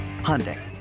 Hyundai